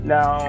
Now